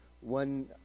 one